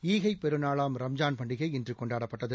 ஈகைப் பெருநாளாம் ரம்ஜான் பண்டிகை இன்று கொண்டாடப்பட்டது